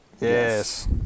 Yes